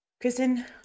Kristen